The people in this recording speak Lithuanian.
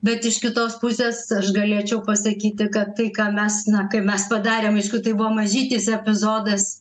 bet iš kitos pusės aš galėčiau pasakyti kad tai ką mes na kaip mes padarėm aišku tai buvo mažytis epizodas